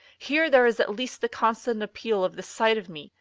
here there is at least the constant appeal of the sight of me,